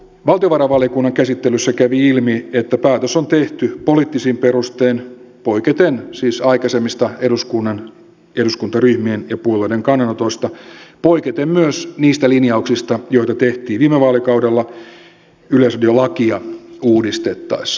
valtiovarainvaliokunnan käsittelyssä kävi ilmi että päätös on tehty poliittisin perustein poiketen siis aikaisemmista eduskunnan eduskuntaryhmien ja puolueiden kannanotoista poiketen myös niistä linjauksista joita tehtiin viime vaalikaudella yleisradiolakia uudistettaessa